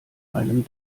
einem